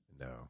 No